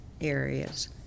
areas